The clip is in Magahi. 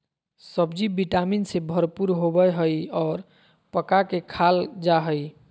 सब्ज़ि विटामिन से भरपूर होबय हइ और पका के खाल जा हइ